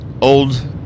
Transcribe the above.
old